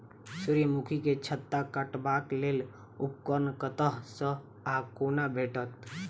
सूर्यमुखी केँ छत्ता काटबाक लेल उपकरण कतह सऽ आ कोना भेटत?